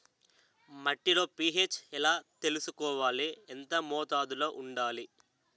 మట్టిలో పీ.హెచ్ ఎలా తెలుసుకోవాలి? ఎంత మోతాదులో వుండాలి?